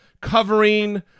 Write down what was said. covering